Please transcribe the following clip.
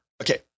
Okay